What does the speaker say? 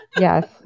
Yes